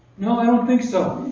no, i don't think so.